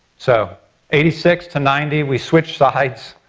so eighty six to ninety we switched sides.